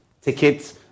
tickets